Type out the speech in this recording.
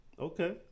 Okay